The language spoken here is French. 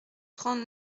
trente